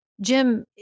Jim